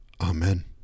Amen